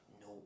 no